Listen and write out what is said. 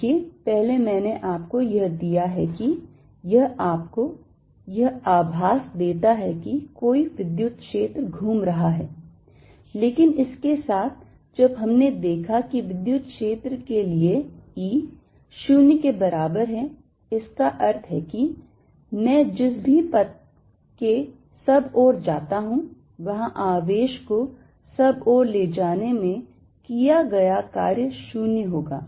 देखिए पहले मैंने आपको यह दिया है कि यह आपको यह आभास देता है कि कोई विद्युत क्षेत्र घूम रहा है लेकिन इसके साथ जब हमने देखा कि विद्युत क्षेत्र के लिए E 0 के बराबर है इसका अर्थ है कि मैं जिस भी पथ के सब ओर जाता हूं वहां आवेश को सब ओर ले जाने में किया गया कार्य 0 होगा